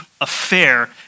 affair